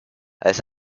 als